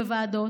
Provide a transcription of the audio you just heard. וועדות,